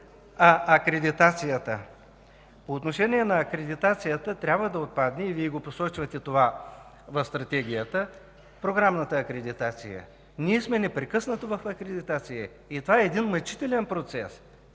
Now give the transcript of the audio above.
акредитацията? По отношение на акредитацията – трябва да отпадне. И Вие го посочвате това в Стратегията. Програмната акредитация – ние сме непрекъснато в акредитация. И това е един мъчителен процес.